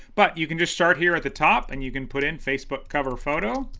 but you can just start here at the top and you can put in facebook cover photo.